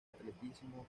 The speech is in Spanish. atletismo